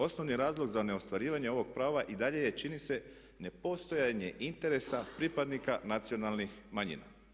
Osnovni razlog za neostvarivanje ovog prava i dalje je čini se nepostojanje interesa pripadnika nacionalnih manjina.